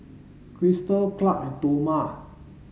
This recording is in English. Christal Clark and Toma